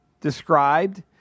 described